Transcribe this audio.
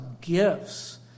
gifts